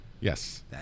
Yes